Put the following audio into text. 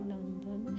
London